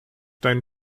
deinen